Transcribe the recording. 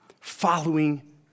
following